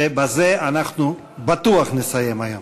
ובזה אנחנו בטוח נסיים היום.